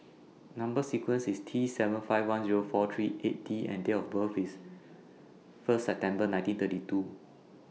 Number sequence IS T seven five one Zero four three eight D and Date of birth IS First September nineteen thirty two